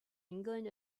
england